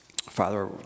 Father